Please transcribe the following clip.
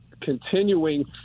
continuing